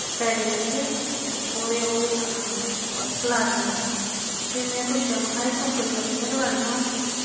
पैड़े लेइयै ते ओह्दे ओह् कीता उ'नें कलाड़ियां लाइयां फ्ही मै पुच्छेआ महां एह् सुक्कनियां कि'यां कलाड़ियां हून